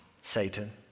Satan